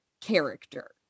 character